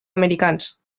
americans